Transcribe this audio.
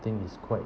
I think is quite